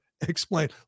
explain